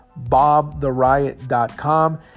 bobtheriot.com